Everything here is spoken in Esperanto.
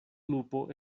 lupo